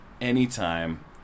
anytime